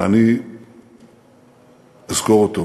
ואני אזכור אותו